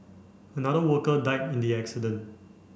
another worker died in the accident